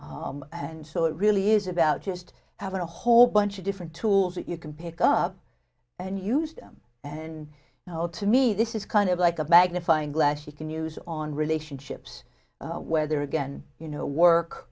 that and so it really is about just having a whole bunch of different tools that you can pick up and used them and now to me this is kind of like a magnifying glass you can use on relationships where there again you know work